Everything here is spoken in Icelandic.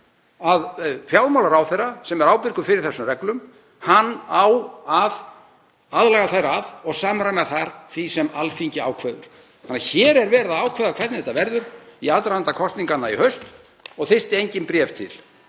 að fjármálaráðherra, sem er ábyrgur fyrir þessum reglum, á að aðlaga þær að og samræma þær því sem Alþingi ákveður. Hér er verið að ákveða hvernig þetta verður í aðdraganda kosninganna í haust og þyrfti engin bréf.